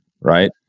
right